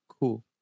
Cool